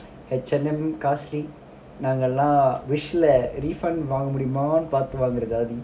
H&M costly நாங்கெல்லாம்:nangellam wish [la] refund வாங்கமுடியுமான்னுபாத்துவளந்தஜாதி:vanga mudiyumannu padu valantha jathi